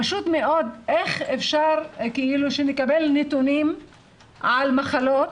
פשוט מאוד איך אפשר שנקבל נתונים על מחלות